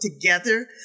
together